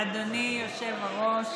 אדוני היושב-ראש,